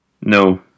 No